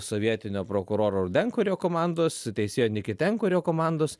sovietinio prokuroro rudenko ir jo komandos teisėjo nekitenko ir jo komandos